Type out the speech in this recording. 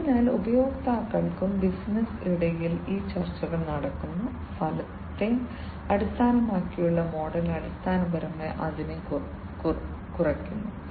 അതിനാൽ ഉപഭോക്താക്കൾക്കും ബിസിനസ്സിനും ഇടയിൽ ഈ ചർച്ചകൾ നടക്കുന്നു ഫലത്തെ അടിസ്ഥാനമാക്കിയുള്ള മോഡൽ അടിസ്ഥാനപരമായി അതിനെ കുറയ്ക്കുന്നു